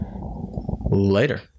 Later